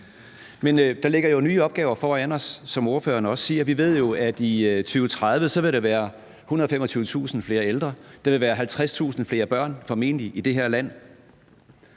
der ligger nye opgaver foran os, som ordføreren også siger. Vi ved jo, at der i 2030 vil være 125.000 flere ældre, og at der formentlig vil være 50.000 flere børn i det her land.